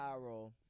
viral